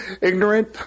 Ignorant